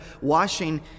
washing